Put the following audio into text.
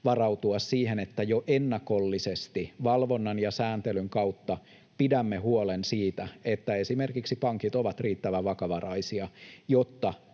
varautua siihen, että jo ennakollisesti valvonnan ja sääntelyn kautta pidämme huolen siitä, että esimerkiksi pankit ovat riittävän vakavaraisia, jotta